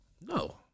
No